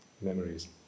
memories